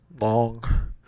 long